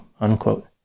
unquote